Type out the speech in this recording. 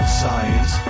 science